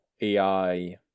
AI